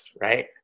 right